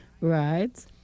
Right